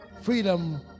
Freedom